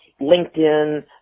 LinkedIn